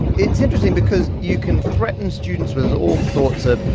it's interesting because you can threaten students with all sorts of,